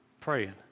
praying